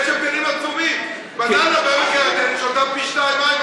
יש הבדלים עצומים: בננה בעמק-הירדן שותה פי-שניים מים,